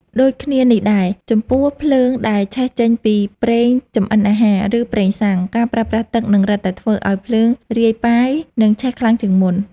ដូចគ្នានេះដែរ ចំពោះភ្លើងដែលឆេះចេញពីប្រេងចម្អិនអាហារ ឬប្រេងសាំង ការប្រើប្រាស់ទឹកនឹងរឹតតែធ្វើឱ្យភ្លើងរាយប៉ាយ និងឆេះខ្លាំងជាងមុន។